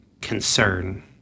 concern